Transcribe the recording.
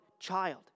child